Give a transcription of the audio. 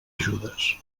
ajudes